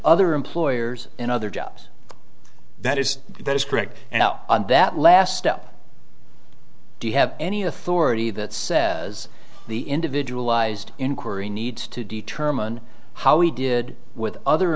other employers in other jobs that is that is correct now on that last step do you have any authority that says the individual ised inquiry needs to determine how he did with other